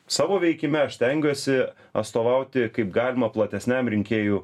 savo veikime aš stengiuosi atstovauti kaip galima platesniam rinkėjų